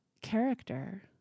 character